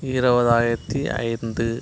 இருவதாயிரத்தி ஐந்து